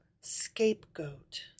scapegoat